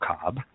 Cobb